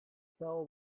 fell